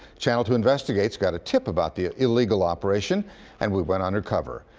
channel two investigates got a tip about the illegal operation and we went undercover.